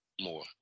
more